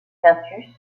quintus